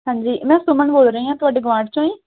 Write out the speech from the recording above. ਹਾਂਜੀ ਮੈਂ ਸੁਮਨ ਬੋਲ ਰਹੀ ਹਾਂ ਤੁਹਾਡੇ ਗਵਾਂਡ 'ਚੋਂ ਹੀ